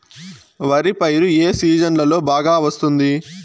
వరి పైరు ఏ సీజన్లలో బాగా వస్తుంది